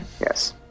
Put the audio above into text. yes